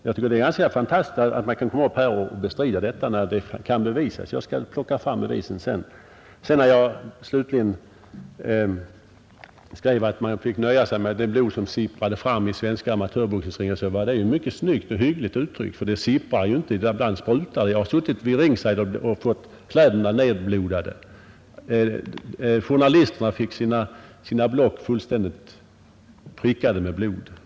Jag tycker det är ganska fantastiskt att man kan komma upp här och bestrida detta när det kan bevisas. Jag skall plocka fram bevisen sedan. När jag slutligen skrev att man fick nöja sig med det blod som sipprade fram i den svenska amatörboxningsringen så var det mycket snyggt och hyggligt uttryckt, för det sipprar ju inte; ibland sprutar det. Jag har suttit vid ringside och fått kläderna nerblodade. Journalisterna fick sina block fullständigt prickade med blod.